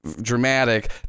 dramatic